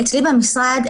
אצלי במשרד,